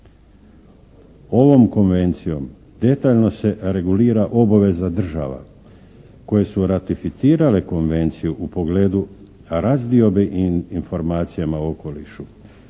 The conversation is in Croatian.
Ovom Konvencijom detaljno se regulira obaveza država koje su ratificirale Konvenciju u pogledu razdiobe informacijama okolišu,